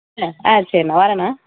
அ ஆ சரிண்ணா வரேண்ணா